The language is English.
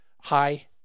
Hi